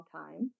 time